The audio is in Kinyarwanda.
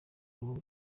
ubu